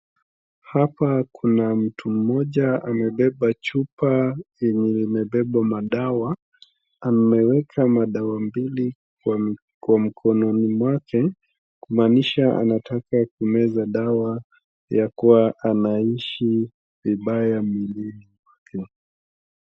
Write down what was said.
Hapa kuna mtu mmoja amebeba chupa yenye imebeba madawa. Ameweka madawa mbili kwa mkononi mwake kumaanisha anataka kumeza dawa ya kuwa anahisi vibaya mwilini mwake.